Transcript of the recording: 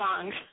songs